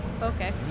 Okay